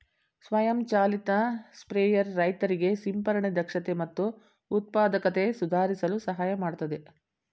ಸ್ವಯಂ ಚಾಲಿತ ಸ್ಪ್ರೇಯರ್ ರೈತರಿಗೆ ಸಿಂಪರಣೆ ದಕ್ಷತೆ ಮತ್ತು ಉತ್ಪಾದಕತೆ ಸುಧಾರಿಸಲು ಸಹಾಯ ಮಾಡ್ತದೆ